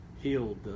healed